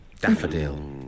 Daffodil